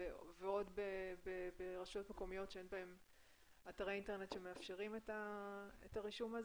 ועוד ברשויות מקומיות שאין בהן אתרי אינטרנט שמאפשרים את הרישום הזה,